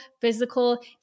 physical